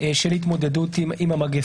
בשנה וחצי האחרונות של התמודדות עם המגפה.